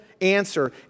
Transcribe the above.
answer